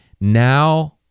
now